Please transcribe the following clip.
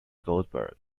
goldberg